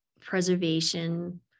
preservation